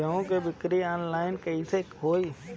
गेहूं के बिक्री आनलाइन कइसे होई?